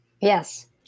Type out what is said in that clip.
yes